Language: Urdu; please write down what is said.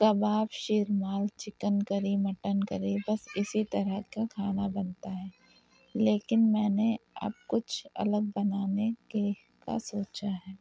کباب شیرمال چکن کری مٹن کری بس اسی طرح کا کھانا بنتا ہے لیکن میں نے اب کچھ الگ بنانے کے کا سوچا ہے